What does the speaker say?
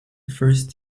first